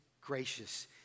gracious